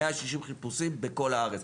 160 חיפושים בכל הארץ.